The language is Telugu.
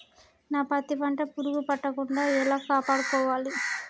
నా పత్తి పంట పురుగు పట్టకుండా ఎలా కాపాడుకోవాలి?